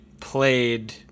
played